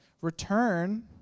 return